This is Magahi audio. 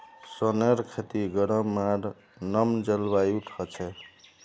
सोनेर खेती गरम आर नम जलवायुत ह छे